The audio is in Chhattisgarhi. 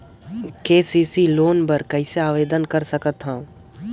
के.सी.सी लोन बर कइसे आवेदन कर सकथव?